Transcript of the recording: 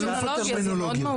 שאתה אלוף הטרמינולוגיות.